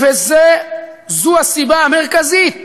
וזו הסיבה המרכזית ל"קוראלס"